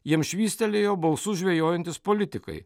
jam švystelėjo balsus žvejojantys politikai